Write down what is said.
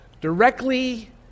directly